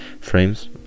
frames